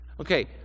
Okay